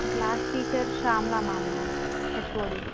మా class teacher Shyamala ma'am ma'am HOD